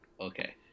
Okay